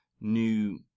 new